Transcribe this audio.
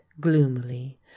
gloomily